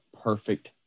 perfect